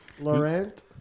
Laurent